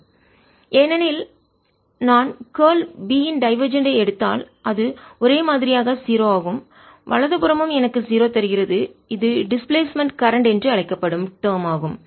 × BμJconduction00E∂t ஏனெனில் நான் curl B இன் டைவர்ஜென்ட் எடுத்தால் அது ஒரே மாதிரியாக 0 ஆகும் வலது புறமும் எனக்கு 0 தருகிறது இது டிஸ்பிளேஸ்மென்ட் கரண்ட் இடப்பெயர்வு மின்னோட்டம் என்று அழைக்கப்படும் டேர்ம் ஆகும்